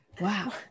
Wow